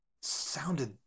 sounded